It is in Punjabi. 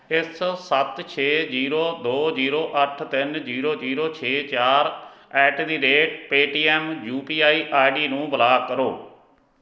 ਇਸ ਸੱਤ ਛੇ ਜੀਰੋ ਦੋ ਜੀਰੋ ਅੱਠ ਤਿੰਨ ਜੀਰੋ ਜੀਰੋ ਛੇ ਚਾਰ at the rate Paytm UPI ID ਨੂੰ ਬਲਾਕ ਕਰੋ